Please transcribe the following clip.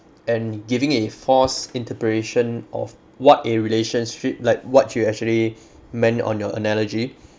and giving it a false interpretation of what a relationship like what you actually meant it on your analogy